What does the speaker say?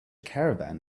caravan